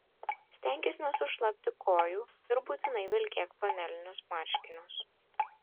stenkis nesušlapti kojų ir būtinai vilkėk flanelinius marškinius